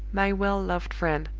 my well-loved friend,